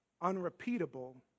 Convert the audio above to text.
unrepeatable